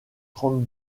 trente